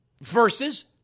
versus